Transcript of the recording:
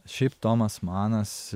šiaip tomas manas